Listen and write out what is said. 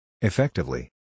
Effectively